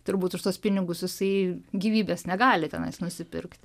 turbūt už tuos pinigus jisai gyvybės negali tenais nusipirkti